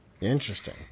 Interesting